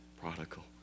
prodigal